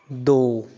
ਦੋ